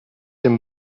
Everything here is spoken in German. dem